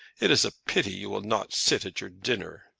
it is a pity you will not sit at your dinner.